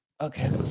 Okay